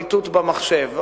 באיתות במחשב,